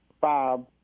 Bob